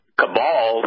cabal